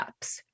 apps